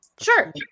sure